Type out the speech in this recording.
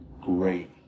great